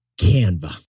Canva